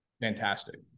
Fantastic